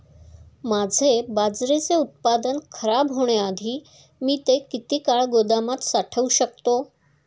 माझे बाजरीचे उत्पादन खराब होण्याआधी मी ते किती काळ गोदामात साठवू शकतो?